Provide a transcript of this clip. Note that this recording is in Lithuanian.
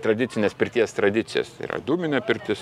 tradicines pirties tradicijas yra dūminė pirtis